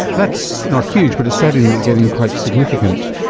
that's not huge but it's certainly getting quite significant.